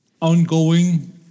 ongoing